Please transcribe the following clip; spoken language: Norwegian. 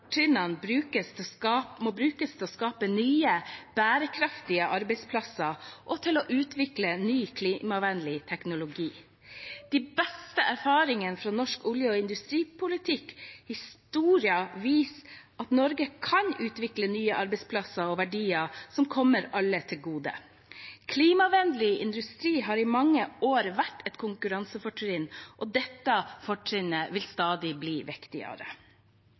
må brukes til å skape nye, bærekraftige arbeidsplasser og til å utvikle ny klimavennlig teknologi. De beste erfaringene fra norsk olje- og industripolitikk og -historie viser at Norge kan utvikle nye arbeidsplasser og verdier som kommer alle til gode. Klimavennlig industri har i mange år vært et konkurransefortrinn, og dette fortrinnet vil bli stadig viktigere.